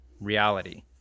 reality